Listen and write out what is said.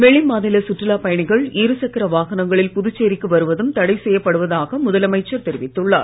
வெளிமாநில சுற்றுலாப் பயணிகள் இருசக்கர வாகனங்களில் புதுச்சேரிக்கு வருவதும் தடை செய்யப்படுவதாக முதலமைச்சர் தெரிவித்துள்ளார்